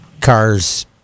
car's